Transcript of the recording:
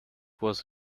was